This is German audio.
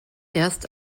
erst